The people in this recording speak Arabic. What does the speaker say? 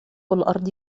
الأرض